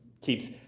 keeps